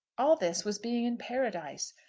all this was being in paradise.